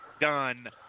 done